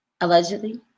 Allegedly